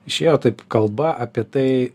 išėjo taip kalba apie tai